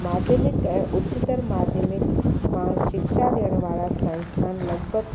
माध्यमिक ऐं उच्चतर माध्यमिक मां शिक्षा ॾियणु वारा संस्थान लॻभॻि